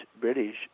British